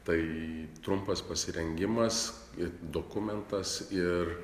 tai trumpas pasirengimas ir dokumentas ir